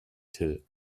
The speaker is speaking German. till